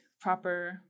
proper